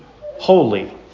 holy